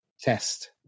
test